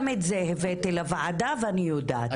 גם את זה הבאתי לוועדה ואני יודעת.